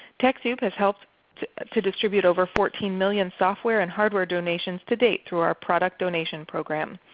techsoup has help to distribute over fourteen million software and hardware donations to date through our product donation program.